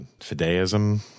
fideism